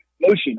motion